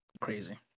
crazy